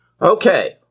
Okay